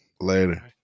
Later